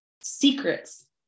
secrets